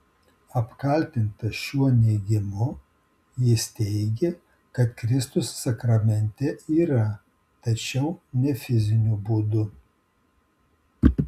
apkaltintas šiuo neigimu jis teigė kad kristus sakramente yra tačiau ne fiziniu būdu